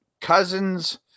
cousins